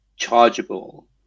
chargeable